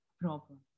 problem